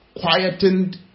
quietened